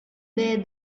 way